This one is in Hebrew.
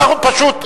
פשוט,